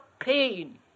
pain